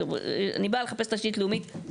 אני באה לחפש תשתית לאומית,